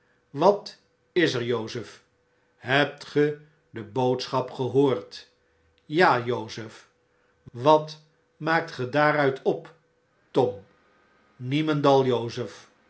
wat is er jozef hebt ge de boodschap gehoord ja jozef b wat maakt ge daaruit op tom memendal